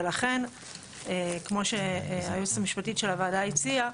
ולכן כמו שהייעוץ המשפטי של הוועדה הציעה,